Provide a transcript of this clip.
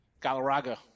Galarraga